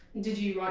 did you